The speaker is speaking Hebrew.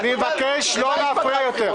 אני מבקש לא להפריע יותר.